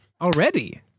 Already